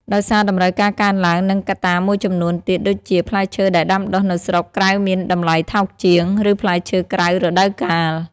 ដោយសារតម្រូវការកើនឡើង និងកត្តាមួយចំនួនទៀតដូចជា ផ្លែឈើដែលដាំដុះនៅស្រុកក្រៅមានតម្លៃថោកជាង ឬផ្លែឈើក្រៅរដូវកាល។